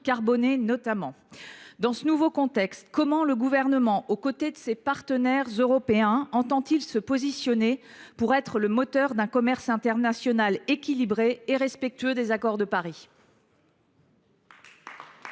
carbonée. Dans ce nouveau contexte, comment le Gouvernement, aux côtés de ses partenaires européens, entend il se positionner pour être le moteur d’un commerce international équilibré et respectueux de l’accord de Paris ?